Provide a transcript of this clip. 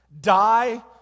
Die